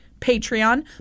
Patreon